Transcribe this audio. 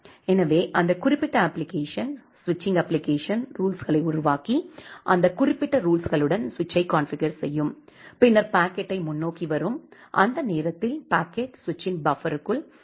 எனவே அந்த குறிப்பிட்ட அப்ப்ளிகேசன் சுவிட்சிங் அப்ப்ளிகேசன் அது ரூல்ஸ்களை உருவாக்கி அந்த குறிப்பிட்ட ரூல்ஸ்களுடன் சுவிட்சை கான்ஃபிகர் செய்யும் பின்னர் பாக்கெட் முன்னோக்கி வரும் அந்த நேரத்தில் பாக்கெட் சுவிட்சின் பஃபருக்குள் இருக்கும்